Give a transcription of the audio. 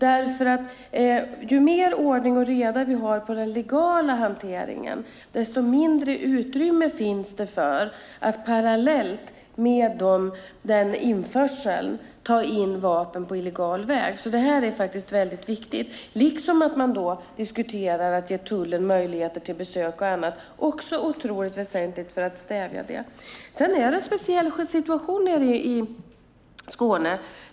Ju mer ordning och reda vi har på den legala hanteringen, desto mindre utrymme finns det för att parallellt med den införseln ta in vapen på illegal väg. Det här är faktiskt väldigt viktigt. Att då också diskutera att ge tullen möjligheter till besök och annat är otroligt väsentligt för att stävja det. Det är en speciell situation i Skåne.